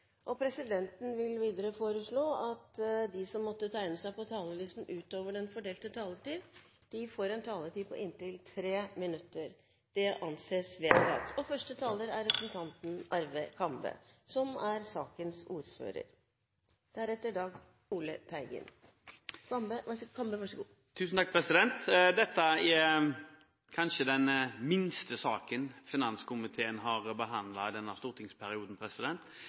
regjeringen. Presidenten vil videre foreslå at det blir gitt anledning til fire replikker med svar etter innlegg fra medlem av regjeringen innenfor den fordelte taletid. Presidenten vil videre foreslå at de som måtte tegne seg på talerlisten utover den fordelte taletid, får en taletid på inntil 3 minutter. – Det anses vedtatt. Dette er kanskje den minste saken finanskomiteen har behandlet i denne stortingsperioden,